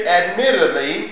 admittedly